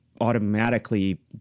automatically